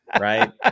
right